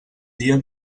dia